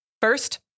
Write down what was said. First